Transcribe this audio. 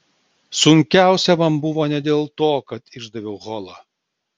sunkiausia man buvo ne dėl to kad išdaviau holą